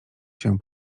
się